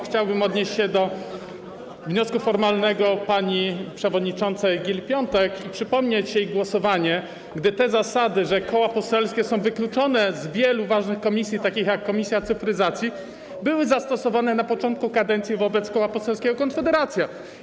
Chciałbym odnieść się do wniosku formalnego pani przewodniczącej Gill-Piątek i przypomnieć jej głosowanie, gdy te zasady, że koła poselskie są wykluczone z wielu ważnych komisji takich jak komisja cyfryzacji, były zastosowane na początku kadencji wobec Koła Poselskiego Konfederacja.